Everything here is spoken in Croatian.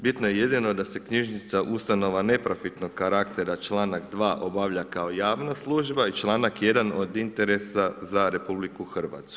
Bitno je jedino da se knjižnica, ustanova neprofitnog karaktera, članak 2. obavlja kao javna služba i članak 1. od interesa za RH.